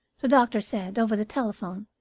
the doctor said, over the telephone.